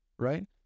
right